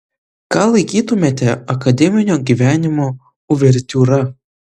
ką laikytumėte akademinio gyvenimo uvertiūra